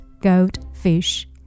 goldfish